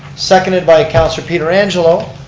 seconded by councilor pietrangelo.